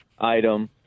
item